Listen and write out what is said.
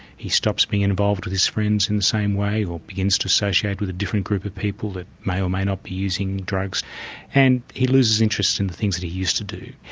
he stops being involved with his friends in the same way, or begins to associate with a different group of people that may or may not be using drugs and he loses interest in things that he used to do.